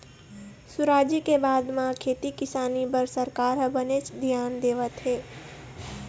सुराजी के बाद म खेती किसानी बर सरकार ह बनेच धियान देवत हे